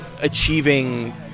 achieving